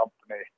company